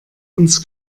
uns